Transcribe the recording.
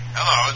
Hello